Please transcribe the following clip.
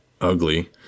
ugly